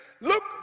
look